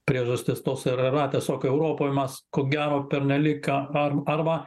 priežastis tos yra ra tiesiog europoj mas ko gero pernelyg ką ar arba